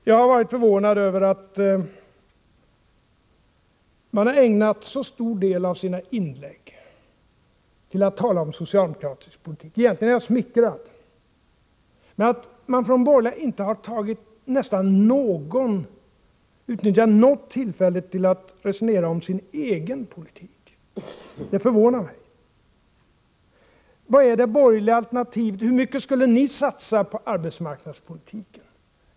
Jag har varit något förvånad över att de borgerliga partiernas företrädare ägnat så stor del av sina inlägg åt att tala om socialdemokratisk politik. Egentligen är jag smickrad. Men att man från borgerligt håll nästan inte utnyttjat något tillfälle att resonera om sin egen politik förvånar mig. Vad är det borgerliga alternativet? Hur mycket skulle ni satsa på arbetsmarknadspolitiken?